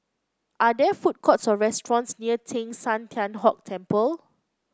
are there food courts or restaurants near Teng San Tian Hock Temple